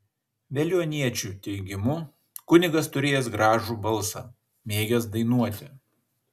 veliuoniečių teigimu kunigas turėjęs gražų balsą mėgęs dainuoti